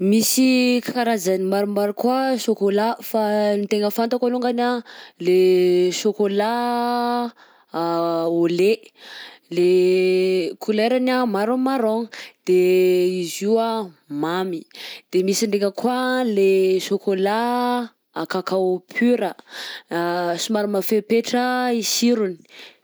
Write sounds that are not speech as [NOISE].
Misy karazany maromaro koa chocolat fa ny tegna fantako alongany anh le chocolat [HESITATION] au lait, le couleur-ny marron marron, de izy io a mamy, de misy ndraika koa anh lay chocolat à cacao pur, [HESITATION] somary mafaipaitra i sirony.